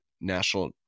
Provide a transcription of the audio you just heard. national